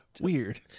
Weird